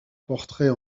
portraits